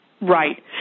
Right